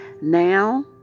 Now